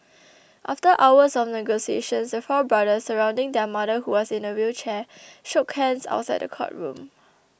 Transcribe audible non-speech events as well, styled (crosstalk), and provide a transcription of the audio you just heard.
(noise) after hours of negotiations the four brothers surrounding their mother who was in a wheelchair shook hands outside the courtroom